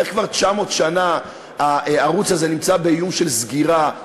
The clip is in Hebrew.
איך כבר 900 שנה הערוץ הזה נמצא באיום של סגירה?